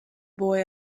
boy